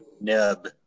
nub